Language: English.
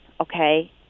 okay